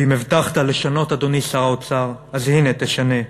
ואם הבטחת לשנות, אדוני שר האוצר, אז הנה, תשנה.